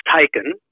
taken